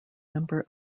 number